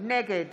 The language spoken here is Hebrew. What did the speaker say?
נגד